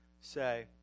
say